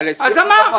אז אמר.